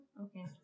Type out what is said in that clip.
okay